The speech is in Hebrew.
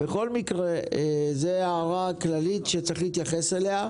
בכל מקרה, זו הערה כללית שצריך להתייחס אליה.